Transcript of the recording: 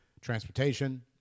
transportation